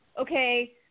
Okay